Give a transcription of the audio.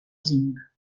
zinc